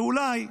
ואולי,